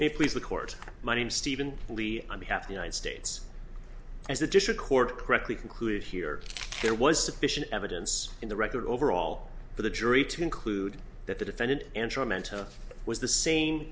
they please the court my name steven lee on behalf of the united states as the district court correctly concluded here there was sufficient evidence in the record overall for the jury to conclude that the defendant enjoyment was the same